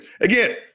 Again